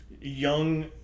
young